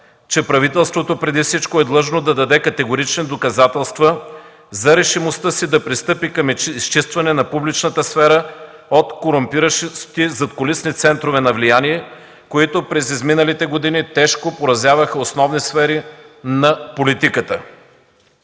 че правителството преди всичко е длъжно да даде категорични доказателства за решимостта си да пристъпи към изчистване на публичната сфера от корумпиращите се задкулисни центрове на влияние, които през изминалите години тежко поразяваха основни сфери на политиката.